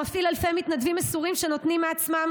שמפעיל אלפי מתנדבים מסורים שנותנים מעצמם